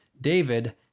David